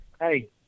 hey